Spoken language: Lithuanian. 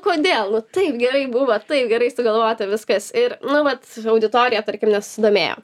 kodėl nu taip gerai buvo taip gerai sugalvota viskas ir nu vat auditorija tarkim nesidomėjo